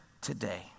today